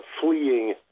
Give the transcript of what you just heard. fleeing